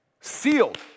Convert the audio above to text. Sealed